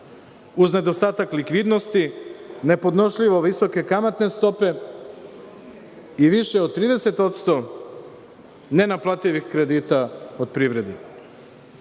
uz nedostatak likvidnosti, nepodnošljivo visoke kamatne stope i više od 30% nenaplativih kredita od privrede. Gotovo